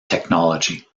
technology